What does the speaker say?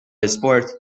isport